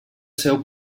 seu